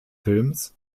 films